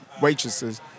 waitresses